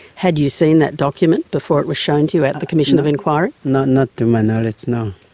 had you seen that document before it was shown to you at the commission of inquiry? not not to my knowledge, no.